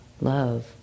love